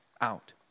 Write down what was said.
out